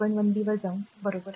१ B वर जाऊ बरोबर